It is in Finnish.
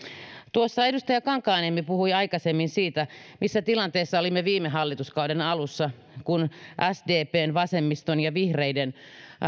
tuossa edustaja kankaanniemi puhui aikaisemmin siitä missä tilanteessa olimme viime hallituskauden alussa kun sdpn vasemmiston ja vihreiden